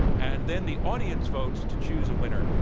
and then the audience votes to choose awinner.